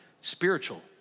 spiritual